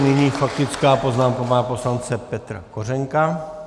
Nyní faktická poznámka pana poslance Petra Kořenka.